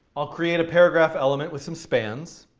i'll create a paragraph element with some spans.